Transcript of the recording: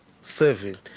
seven